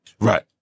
Right